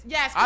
Yes